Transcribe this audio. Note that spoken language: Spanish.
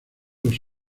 los